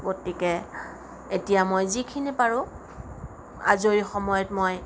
গতিকে এতিয়া মই যিখিনি পাৰোঁ আজৰি সময়ত মই